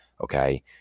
Okay